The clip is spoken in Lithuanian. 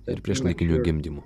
ir priešlaikiniu gimdymu